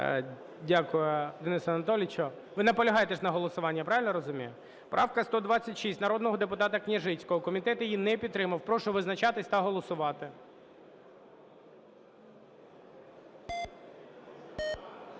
Дякую, Денис Анатолійович. Ви наполягаєте на голосуванні, я правильно розумію? Правка 126, народного депутата Княжицького, комітет її не підтримав, прошу визначатись та голосувати.